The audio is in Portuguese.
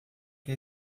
que